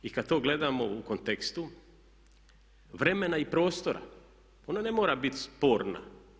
I kad to gledamo u kontekstu vremena i prostora ona ne mora biti sporna.